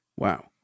Wow